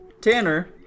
tanner